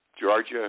Georgia